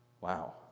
Wow